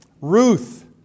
Ruth